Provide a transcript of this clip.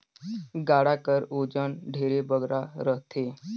गाड़ा कर ओजन ढेरे बगरा रहथे